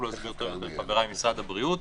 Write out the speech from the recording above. יוכלו להסביר טוב יותר חבריי ממשרד הבריאות,